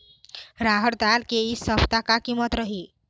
रहड़ दाल के इ सप्ता का कीमत रही?